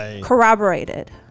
corroborated